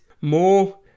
more